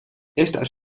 estas